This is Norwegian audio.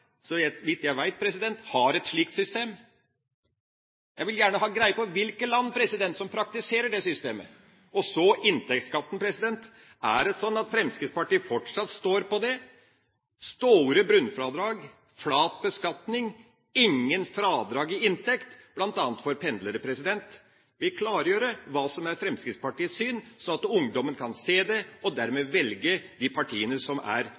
så vidt jeg vet, har et slikt system. Jeg vil gjerne ha greie på hvilke land som praktiserer det systemet. Og så inntektsskatten: Er det slik at Fremskrittspartiet fortsatt står på store bunnfradrag, flat beskatning og ingen fradrag i inntekt, bl.a. for pendlere? Kan en klargjøre hva som er Fremskrittspartiets syn, slik at ungdommen kan se det og dermed velge de partiene som er